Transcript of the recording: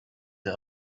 the